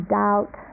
doubt